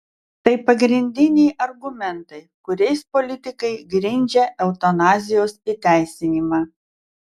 tai pagrindiniai argumentai kuriais politikai grindžia eutanazijos įteisinimą